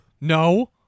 No